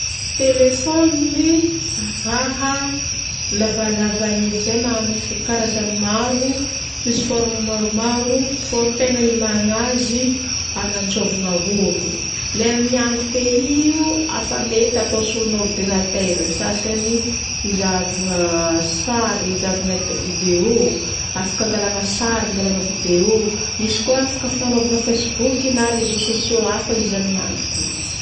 Telefôniny. Raha lavalava hely zay na misy karazagny maro. Misy forme maromaro. Fô ny tegna ilagna azy agnatsovagna olo. Lay amin'ny andro ke io, afa mety atao solon'ordinatera ny sasany izahavagna sary, izahavagna d- video. Afaka angalagna sary, angalagna video. Misy koa afaka fagnanovagna Facebook na réseaux sociaux hafa izy amin'ny andro ke.